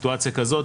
בסיטואציה כזאת,